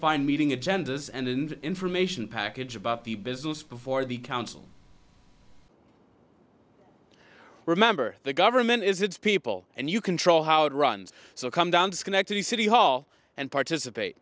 find meeting agendas and information package about the business before the council remember the government is its people and you control how to run so come down to schenectady city hall and participate